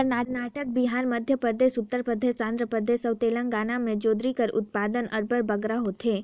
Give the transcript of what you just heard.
करनाटक, बिहार, मध्यपरदेस, उत्तर परदेस, आंध्र परदेस अउ तेलंगाना में जोंढरी कर उत्पादन अब्बड़ बगरा होथे